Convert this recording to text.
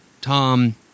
Tom